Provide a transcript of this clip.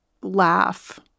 laugh